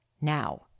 now